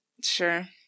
Sure